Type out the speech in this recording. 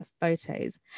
photos